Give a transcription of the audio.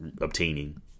obtaining